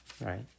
Right